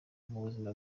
mubuzima